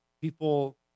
people